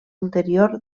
ulterior